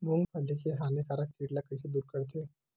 मूंगफली के हानिकारक कीट ला कइसे दूर करथे?